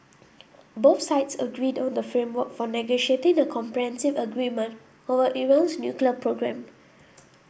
both sides agreed on the framework for negotiating the comprehensive agreement over Iran's nuclear programme